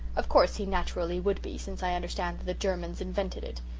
of course he naturally would be, since i understand that the germans invented it.